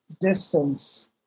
distance